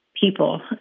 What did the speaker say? people